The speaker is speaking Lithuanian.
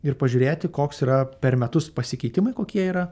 ir pažiūrėti koks yra per metus pasikeitimai kokie yra